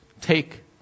take